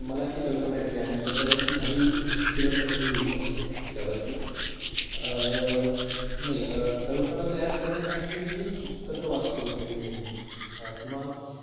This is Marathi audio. मला ती कल्पना येते आणि त्याच्यावरती काही सुचलं तर मी लिहीत असतो त्यावरती नाही कल्पना तयार करण्यासाठी मी पुस्तकं वाचतो नवीन नवीन किंवा